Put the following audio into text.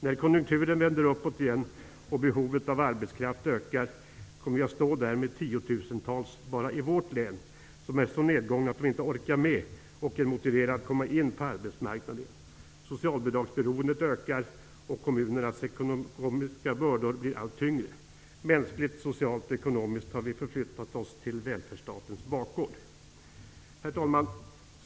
När konjunkturen vänder uppåt igen och behovet av arbetskraft ökar kommer vi att stå där med tiotusentals personer, bara i vårt län, som är så nedgångna att de inte orkar med och inte är motiverade att komma in på arbetsmarknaden igen. Socialbidragsberoendet ökar, och kommunernas ekonomiska bördor blir allt tyngre. Mänskligt, socialt och ekonomiskt har vi förflyttat oss till välfärdsstatens bakgård. Herr talman!